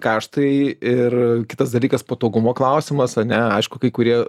kaštai ir kitas dalykas patogumo klausimas ane aišku kai kurie